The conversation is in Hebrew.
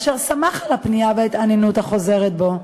אשר שמח על הפנייה וההתעניינות החוזרת בו,